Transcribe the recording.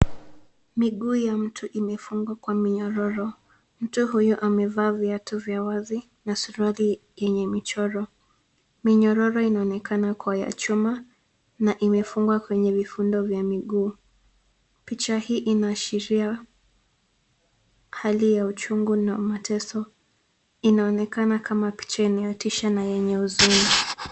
Miguu ya mtu imefungwa kwa minyororo. Mtu huyu amevaa viatu vya wazi na suruali yenye michoro. Minyororo inaonekana kuwa ya chuma na imefungwa kwenye vifundo vya miguu. Picha hii inaashiria hali ya uchungu na mateso. Inaonekana kama picha inayotisha na yenye huzuni.